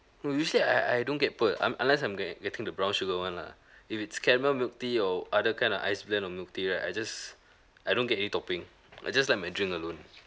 no usually I I don't get pearl I'm unless I'm get getting the brown sugar one lah if it's caramel milk tea or other kind of ice blend of milk tea right I just I don't get any topping I just like my drink alone